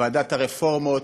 ועדת הרפורמות.